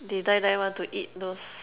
they die die want to eat those